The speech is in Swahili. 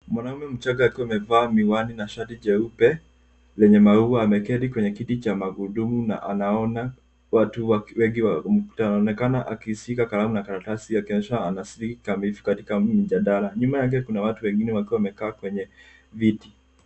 Mwanaume mchanga akiwa amevaa miwani na shati jeupe lenye maua, ameketi kwenye kiti cha magurudumu, na anaona watu wengi wa mkutano. Anaonekana akishika kalamu na karatasi, akionyesha anashirika kamilifu katika mjadala. Nyuma yake kuna watu wengine wakiwa wamekaa kwenye viti.